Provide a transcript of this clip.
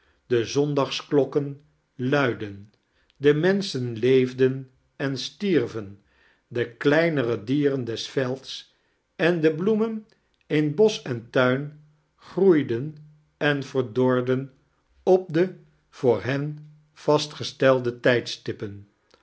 de zondagsklokken luidden de menschen leefden en stierven de kleinere die ren des velds en de bloemen in bosoh en tuin groeiden en verdorden op de charles dickens voor hen vastgestelde tijdstippan